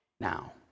now